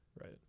right